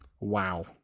wow